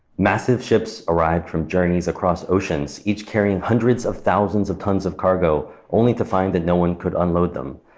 massive ships arrived from journeys across oceans, each carrying hundreds of thousands of tons of cargo, only to find that no one could unload them.